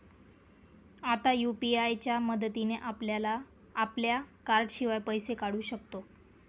आता यु.पी.आय च्या मदतीने आपल्या कार्डाशिवाय पैसे काढू शकतो